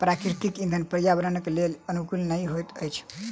प्राकृतिक इंधन पर्यावरणक लेल अनुकूल नहि होइत अछि